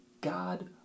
God